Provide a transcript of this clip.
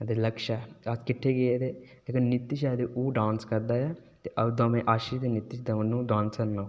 इक लक्षय ऐ अस किठ्ठे गे जेह्का नितिश ऐ ओह् जेह्का डांस करदा ऐ आशिश ते नितिश दमै डांसर न